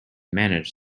manage